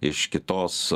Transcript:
iš kitos